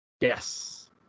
Yes